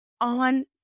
on